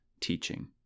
teaching